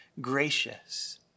gracious